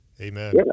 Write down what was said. Amen